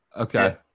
Okay